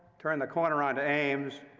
turn the corner onto ames.